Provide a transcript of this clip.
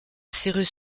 cyrus